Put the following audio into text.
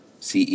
CE